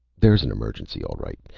there's an emergency, all right!